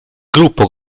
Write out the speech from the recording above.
gruppo